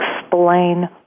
explain